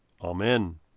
Amen